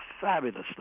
fabulously